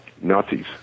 Nazis